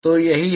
तो यही है